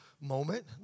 moment